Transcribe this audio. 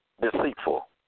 deceitful